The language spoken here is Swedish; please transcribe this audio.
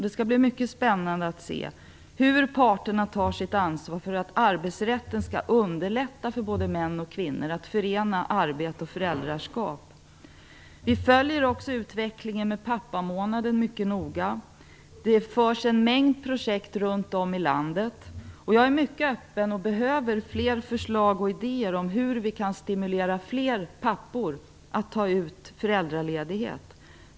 Det skall bli mycket spännande att se hur parterna tar sitt ansvar för att arbetsrätten skall underlätta för både män och kvinnor att förena arbete och föräldraskap. Vi följer också mycket noga utvecklingen när det gäller pappamånaden. En mängd projekt drivs runt om i landet. Jag är mycket öppen och behöver fler förslag och idéer om hur vi kan stimulera fler pappor att ta ut föräldraledighet.